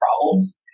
problems